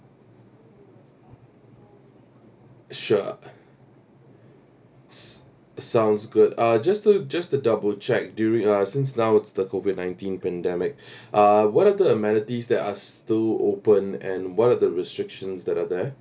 sure sounds good uh just to just to double check during uh since now it's the COVID nineteen pandemic uh what are the amenities that are still open and what are the restrictions that are there